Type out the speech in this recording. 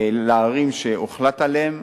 לערים שהוחלט עליהן.